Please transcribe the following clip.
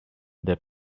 they